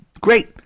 great